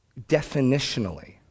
Definitionally